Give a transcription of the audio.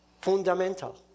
fundamental